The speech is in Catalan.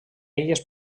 illes